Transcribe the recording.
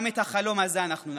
גם את החלום הזה אנחנו נגשים.